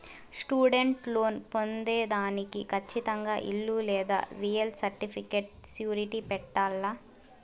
student loan పొందేదానికి కచ్చితంగా ఇల్లు లేదా రియల్ సర్టిఫికేట్ సూరిటీ పెట్టాల్ల